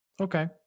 Okay